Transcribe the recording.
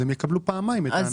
אז הם יקבלו פעמיים את ההנחה.